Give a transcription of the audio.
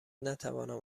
نتوانم